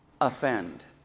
offend